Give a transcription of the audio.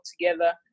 together